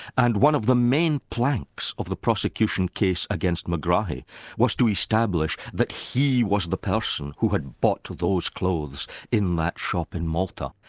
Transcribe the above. and one of the main planks of the prosecution case against megrahi was to establish that he was the person who had bought those clothes in that shop in malta.